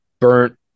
burnt